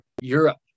Europe